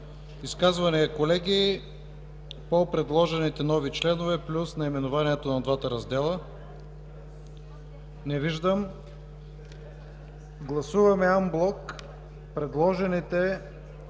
Изказвания, колеги, по предложените нови членове, плюс наименованието на двата раздела? Не виждам. Гласуваме анблок предложените